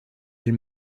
elle